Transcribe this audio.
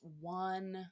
one